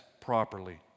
properly